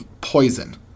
poison